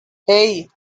hey